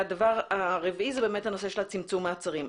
הנושא הרביעי הוא הנושא של צמצום מעצרים.